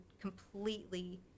completely